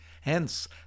Hence